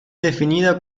definida